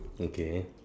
okay